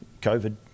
COVID